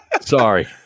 Sorry